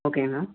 ஓகேங்கண்ணா